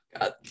God